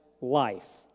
life